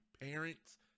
parents